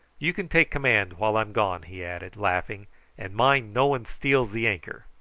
you can take command while i'm gone, he added, laughing and mind no one steals the anchor.